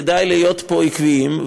כדאי להיות פה עקביים,